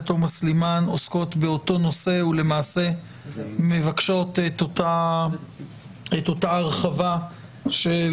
תומא סלימאן עוסקות באותו נושא ולמעשה מבקשות את אותה הרחבה של